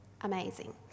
amazing